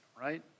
right